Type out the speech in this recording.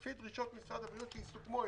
זה לפי דרישות משרד הבריאות, שיסוכמו היום.